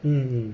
mm